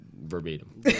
verbatim